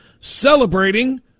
celebrating